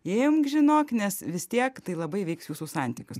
imk žinok nes vis tiek tai labai veiks jūsų santykius